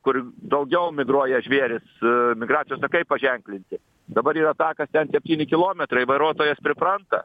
kur daugiau migruoja žvėrys migracijos takai paženklinti dabar yra takas ten septyni kilometrai vairuotojas pripranta